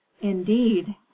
Indeed